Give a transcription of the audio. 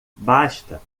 basta